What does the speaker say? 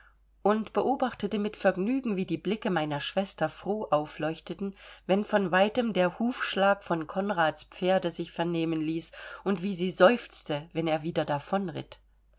und beobachtete mit vergnügen wie die blicke meiner schwester froh aufleuchteten wenn von weitem der hufschlag von konrads pferde sich vernehmen ließ und wie sie seufzte wenn er wieder